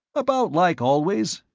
about like always.